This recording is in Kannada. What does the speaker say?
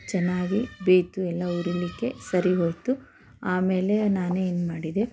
ಚೆನ್ನಾಗಿ ಬೇಯ್ತು ಎಲ್ಲ ಉರಿಲಿಕ್ಕೆ ಸರಿಹೋಯಿತು ಆಮೇಲೆ ನಾನೇನು ಮಾಡಿದೆ